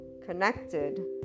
connected